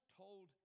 told